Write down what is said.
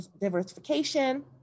diversification